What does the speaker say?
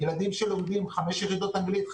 ילדים שלומדים 5 יחידות אנגלית,